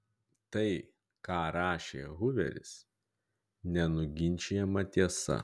tai ką rašė huveris nenuginčijama tiesa